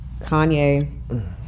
Kanye